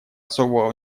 особого